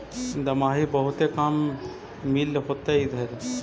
दमाहि बहुते काम मिल होतो इधर?